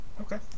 okay